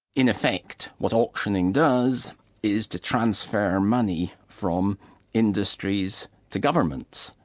in effect what auctioning does is to transfer money from industries to governments,